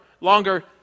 longer